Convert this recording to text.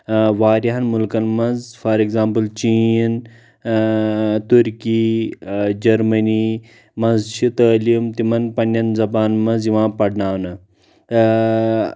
واریاہَن مُلکن منٛز فار ایٚکزامپُل چیٖن تُرکۍ آ جرمنۍ منٛز چھِ تعلیٖم تِمن پنٕنٮ۪ن زبانَن منٛز یِوان پرناونہٕ